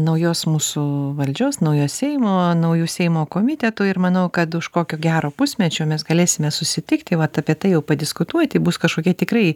naujos mūsų valdžios naujo seimo naujų seimo komitetų ir manau kad už kokio gero pusmečio mes galėsime susitikti vat apie tai jau padiskutuoti bus kažkokie tikrai